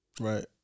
Right